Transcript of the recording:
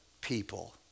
people